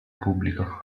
pubblico